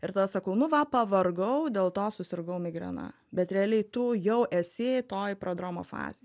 ir tada sakau nu va pavargau dėl to susirgau migrena bet realiai tu jau esi toj prodromo fazėj